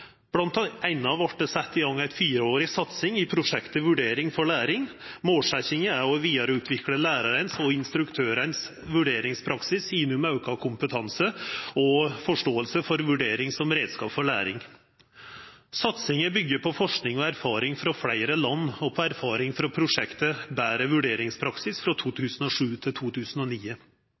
satt i gang en fireårig satsing i prosjektet Vurdering for læring. Målsettingen er å videreutvikle læreres og instruktørers vurderingspraksis gjennom økt kompetanse og forståelse for vurdering som redskap for læring. Satsingen bygger på forskning og erfaring fra flere land og på erfaringer fra prosjektet Bedre vurderingspraksis fra